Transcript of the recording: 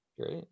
great